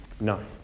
No